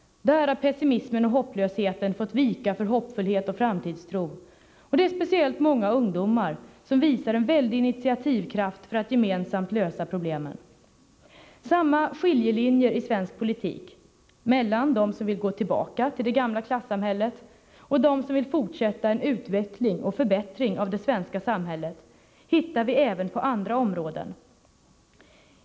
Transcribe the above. Där har pessimismen och hopplösheten fått vika för hoppfullhet och framtidstro, och det är speciellt många ungdomar som visar en väldig initiativkraft för att gemensamt lösa problemen. Samma skiljelinjer i svensk politik — mellan dem som vill gå tillbaka till det gamla klassamhället och dem som vill fortsätta en utveckling och förbättring av det svenska samhället — hittar vi även på andra områden.